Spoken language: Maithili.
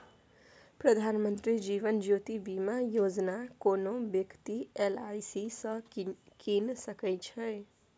प्रधानमंत्री जीबन ज्योती बीमा योजना कोनो बेकती एल.आइ.सी सँ कीन सकै छै